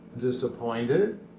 disappointed